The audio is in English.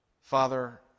Father